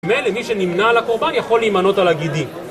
מילא מי שנמנע על הקורבן יכול להימנות על הגידים